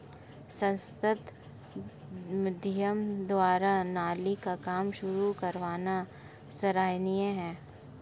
सांसद महोदय द्वारा नाली का काम शुरू करवाना सराहनीय है